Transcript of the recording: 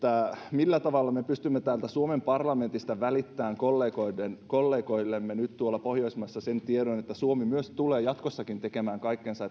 millä tavalla me pystymme täältä suomen parlamentista välittämään kollegoillemme kollegoillemme nyt tuolla pohjoismaissa sen tiedon että myös suomi tulee jatkossakin tekemään kaikkensa